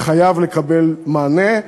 והוא חייב לקבל מענה.